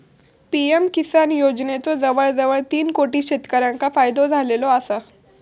PM Kisan योजनेचो जवळजवळ तीन कोटी शेतकऱ्यांका फायदो झालेलो आसा